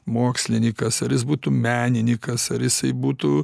mokslinykas ar jis būtų meninykas ar jisai būtų